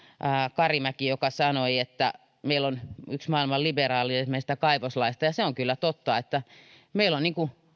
karimäki joka sanoi että meillä on yksi maailman liberaaleimmista kaivoslaeista se on kyllä totta että meillä on niin kuin